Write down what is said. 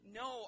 no